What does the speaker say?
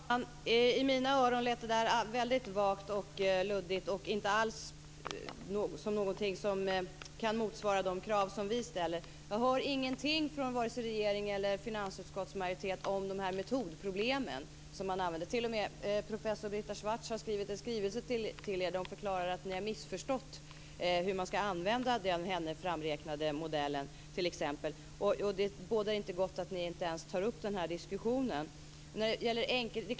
Fru talman! I mina öron lät detta väldigt vagt och luddigt och inte alls som någonting som kan motsvara de krav som vi ställer. Jag hör ingenting från regeringen eller finansutskottets majoritet om problemen med de metoder som man använder. Professor Brita Schwartz har t.o.m. skrivit en skrivelse till er där hon förklarar att ni har missförstått hur man skall använda den av henne framräknade modellen. Det bådar inte gott att ni inte ens tar upp den här diskussionen.